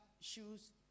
shoes